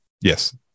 yes